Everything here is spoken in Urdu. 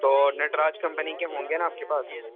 تو نٹراج کمپنی کے ہوں گے نا آپ کے پاس